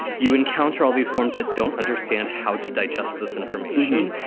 you encounter all these forms that don't understand how to digest this information.